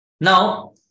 Now